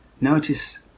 Notice